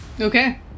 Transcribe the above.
Okay